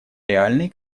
реальный